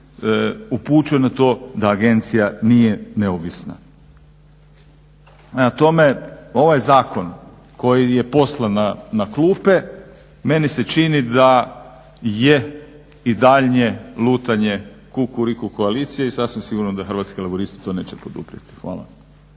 upućuje na to da agencija nije neovisna. Prema tome, ovaj zakon koji je poslan na klupe meni se čini da je daljnje lutanje Kukuriku koalicije i sasvim sigurno da Hrvatski laburisti to neće poduprijeti. Hvala.